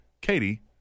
Katie